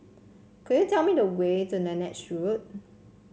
could you tell me the way to Lange Road